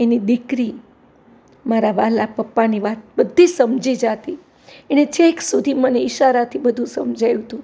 એની દીકરી મારા વહાલા પપ્પાની વાત બધી જ સમજી જતી એને છેક સુધી મને ઇશારાથી બધું સમજાવ્યું હતું